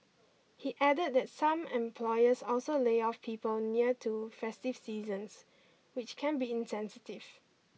he added that some employers also lay off people near to festive seasons which can be insensitive